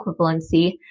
equivalency